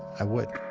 i would